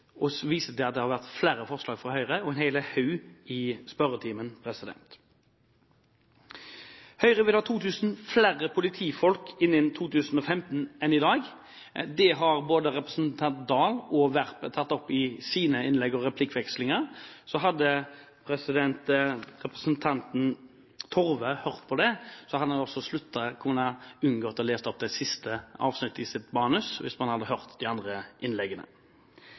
viser til at det har vært flere forslag fra Høyre – og en hel haug spørsmål i spørretimen. Høyre vil ha 2 000 flere politifolk enn i dag innen 2015. Det har representantene Oktay Dahl og Werp tatt opp i sine innlegg og replikkvekslinger. Hadde representanten Torve hørt på disse innleggene, hadde hun også kunnet unngå å lese opp det siste avsnittet i sitt